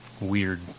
weird